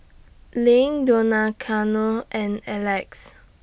LINK Donaciano and Alex